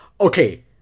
Okay